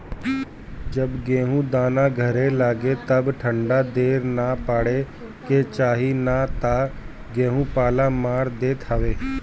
जब गेहूँ दाना धरे लागे तब ठंडा ढेर ना पड़े के चाही ना तऽ गेंहू पाला मार देत हवे